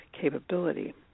capability